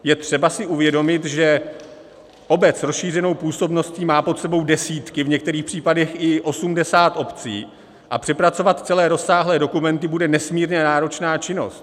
Je třeba si uvědomit, že obec s rozšířenou působností má pod sebou desítky, v některých případech i 80 obcí, a přepracovat celé rozsáhlé dokumenty bude nesmírně náročná činnost.